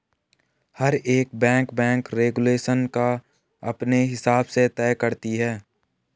हर एक bank bank regulation को अपने हिसाब से तय करती है